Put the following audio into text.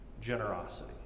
Generosity